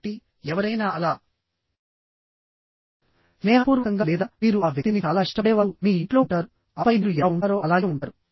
కాబట్టి ఎవరైనా అలా స్నేహపూర్వకంగా లేదా మీరు ఆ వ్యక్తిని చాలా ఇష్టపడే వారు మీ ఇంట్లో ఉంటారుఆపై మీరు ఎలా ఉంటారో అలాగే ఉంటారు